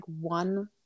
one